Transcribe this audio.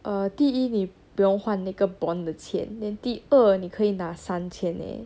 err 第一你不用换那个 bond 的钱 then 第二你可以拿三千 eh